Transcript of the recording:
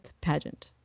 pageant